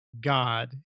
God